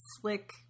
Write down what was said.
slick